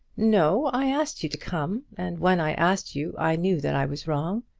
no i asked you to come, and when i asked you i knew that i was wrong.